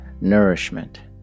nourishment